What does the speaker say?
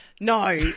No